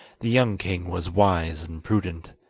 the young king was wise and prudent,